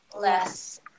less